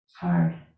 hard